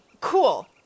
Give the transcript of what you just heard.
Cool